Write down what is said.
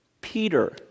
Peter